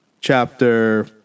chapter